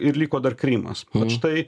ir liko dar krymas štai